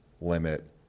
limit